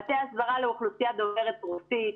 מטה הסברה לאוכלוסייה דוברת רוסית,